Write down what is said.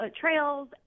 trails